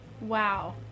wow